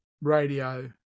radio